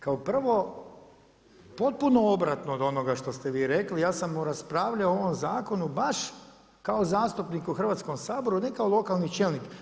Kao prvo potpuno obratno od onoga što ste vi rekli, ja sam raspravljao o ovom zakonu baš kao zastupnik u Hrvatskom saboru, ne kao lokalni čelnik.